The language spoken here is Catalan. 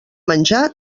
menjar